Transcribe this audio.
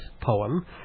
Poem